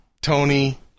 Tony